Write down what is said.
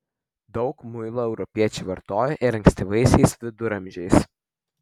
daug muilo europiečiai vartojo ir ankstyvaisiais viduramžiais